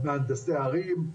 מהנדסי ערים.